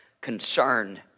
concern